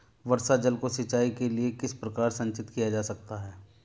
वर्षा जल को सिंचाई के लिए किस प्रकार संचित किया जा सकता है?